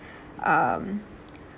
um